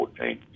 14